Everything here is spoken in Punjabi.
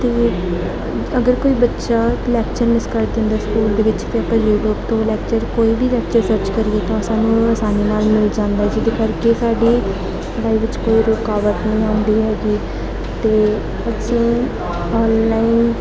ਅਤੇ ਅਗਰ ਕੋਈ ਬੱਚਾ ਲੈਕਚਰ ਮਿਸ ਕਰ ਦਿੰਦਾ ਸਕੂਲ ਦੇ ਵਿੱਚ ਅਤੇ ਆਪਾਂ ਯੂਟਿਊਬ ਤੋਂ ਲੈਕਚਰ ਕੋਈ ਵੀ ਲੈਕਚਰ ਸਰਚ ਕਰੀਏ ਤਾਂ ਸਾਨੂੰ ਉਹ ਅਸਾਨੀ ਨਾਲ ਮਿਲ ਜਾਂਦਾ ਹੈ ਜਿਹਦੇ ਕਰਕੇ ਸਾਡੀ ਪੜ੍ਹਾਈ ਵਿੱਚ ਕੋਈ ਰੁਕਾਵਟ ਨਹੀਂ ਆਉਂਦੀ ਹੈਗੀ ਅਤੇ ਅਸੀਂ ਔਨਲਾਈਨ